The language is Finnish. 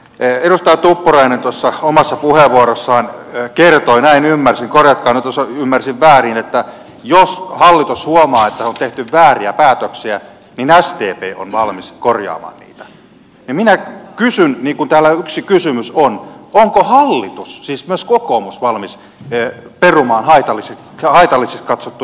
kun edustaja tuppurainen tuossa omassa puheenvuorossaan kertoi näin ymmärsin korjatkaa nyt jos ymmärsin väärin että jos hallitus huomaa että on tehty vääriä päätöksiä niin sdp on valmis korjaamaan niitä niin minä kysyn niin kuin täällä yksi kysymys on onko hallitus siis myös kokoomus valmis perumaan haitallisiksi katsottuja päätöksiä